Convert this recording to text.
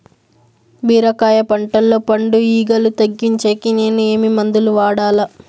బీరకాయ పంటల్లో పండు ఈగలు తగ్గించేకి నేను ఏమి మందులు వాడాలా?